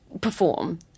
perform